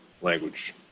language